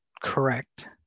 correct